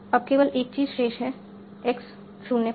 अब केवल एक चीज शेष है x 0 5